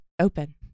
open